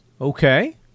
Okay